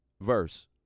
verse